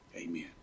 Amen